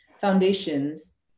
Foundations